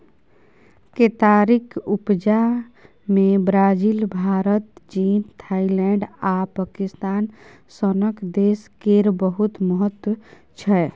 केतारीक उपजा मे ब्राजील, भारत, चीन, थाइलैंड आ पाकिस्तान सनक देश केर बहुत महत्व छै